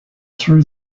threw